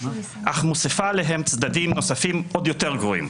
אך מוסיפה עליהם צדדים נוספים עוד יותר גרועים.